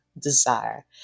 desire